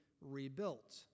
rebuilt